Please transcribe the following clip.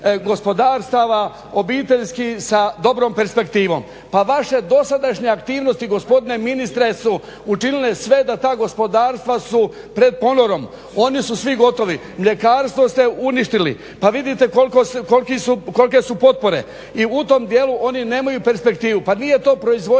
gospodarstva, obiteljski sa dobrom perspektivom. Pa vaše dosadašnje aktivnosti gospodine ministre su učinile sve da ta gospodarstva su pred ponorom. O ni su svi gotovi. Mljekarstvo ste uništili. Pa vidite koliko, kolike su potpore i u tom dijelu oni nemaju perspektivu. Pa nije to proizvodnja